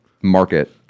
market